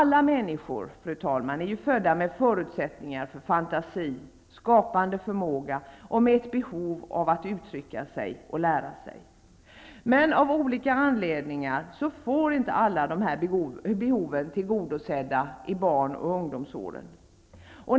Alla människor är födda med förutsättningar för fantasi, skapande förmåga och med ett behov av att få uttrycka sig och lära sig. Men av olika anledningar får inte alla dessa behov tillgodosedda under barn och ungdomsåren.